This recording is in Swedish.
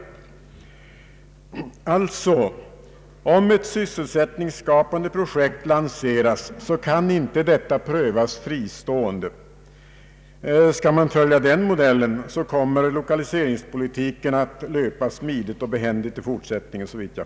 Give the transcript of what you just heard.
Alltså: om ett sysselsättningsskapande projekt lanseras, kan det inte prövas fristående. Skall man följa den model len kommer såvitt jag förstår lokaliseringspolitiken att löpa smidigt och behändigt i fortsättningen.